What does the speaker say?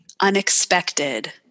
unexpected